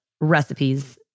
recipes